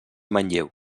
manlleu